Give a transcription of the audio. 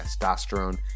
testosterone